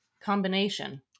combination